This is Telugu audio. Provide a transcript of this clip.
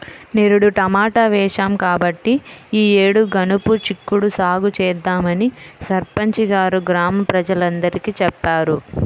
నిరుడు టమాటా వేశాం కాబట్టి ఈ యేడు గనుపు చిక్కుడు సాగు చేద్దామని సర్పంచి గారు గ్రామ ప్రజలందరికీ చెప్పారు